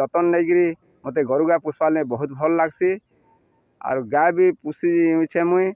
ଯତ୍ନ ନେଇକିରି ମୋତେ ଗୋରୁଗାଈ ପୁଷପାର ଲାଗି ବହୁତ ଭଲ୍ ଲାଗ୍ସି ଆର୍ ଗାଈ ବି ପୁଷି ହେଉଛେ ମୁଇଁ